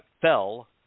fell